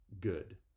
good